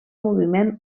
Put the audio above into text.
moviment